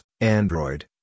Android